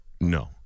No